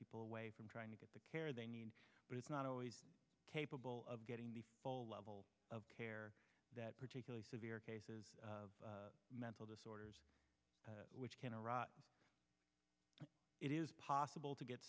people away from trying to get the care they need but it's not always capable of getting the full level of care that particularly severe cases of mental disorders which can iraq it is possible to get